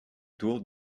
tour